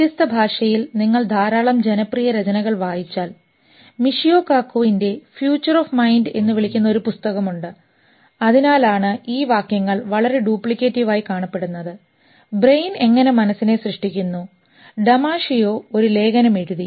വ്യത്യസ്ത ഭാഷയിൽ നിങ്ങൾ ധാരാളം ജനപ്രിയ രചനകൾ വായിച്ചാൽ Michio Kakuൻറെ future of mind എന്ന് വിളിക്കുന്ന ഒരു പുസ്തകമുണ്ട് അതിനാലാണ് ഈ വാക്യങ്ങൾ വളരെ ഡ്യൂപ്ലിക്കേറ്റിവ് ആയി കാണപ്പെടുന്നത് ബ്രെയിൻ എങ്ങനെ മനസ്സിനെ സൃഷ്ടിക്കുന്നു Damasio ഒരു ലേഖനം എഴുതി